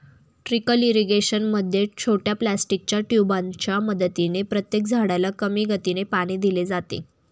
trickle irrigation मध्ये छोट्या प्लास्टिकच्या ट्यूबांच्या मदतीने प्रत्येक झाडाला कमी गतीने पाणी दिले जाते